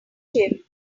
shift